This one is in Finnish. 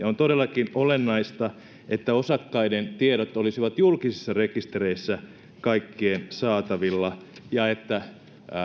on todellakin olennaista että osakkaiden tiedot olisivat julkisissa rekistereissä kaikkien saatavilla ja että